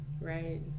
Right